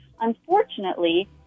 Unfortunately